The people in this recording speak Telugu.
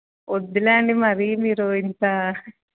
వద్దులేండి మరీ మీరు ఇంత